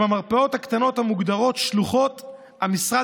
במרפאות הקטנות המוגדרות שלוחות המשרד